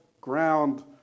ground